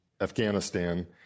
Afghanistan